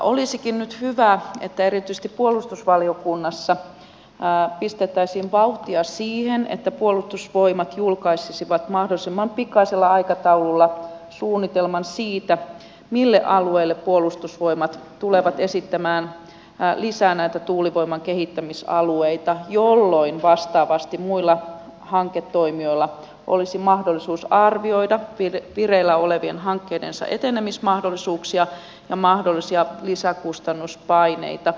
olisikin nyt hyvä että erityisesti puolustusvaliokunnassa pistettäisiin vauhtia siihen että puolustusvoimat julkaisisivat mahdollisimman pikaisella aikataululla suunnitelman siitä mille alueille puolustusvoimat tulevat esittämään lisää näitä tuulivoiman kehittämisalueita jolloin vastaavasti muilla hanketoimijoilla olisi mahdollisuus arvioida vireillä olevien hankkeidensa etenemismahdollisuuksia ja mahdollisia lisäkustannuspaineita